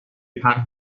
پهن